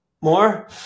More